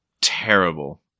terrible